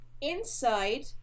Inside